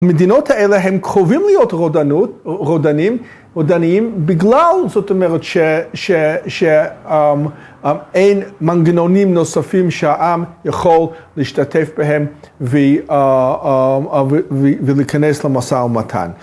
המדינות האלה הם קרובים להיות רודנות - רודנים - רודניים - בגלל, זאת אומרת, ש... אין מנגנונים נוספים שהעם יכול להשתתף בהם ולהיכנס למשא ומתן.